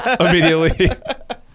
immediately